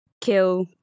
kill